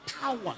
power